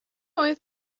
oedd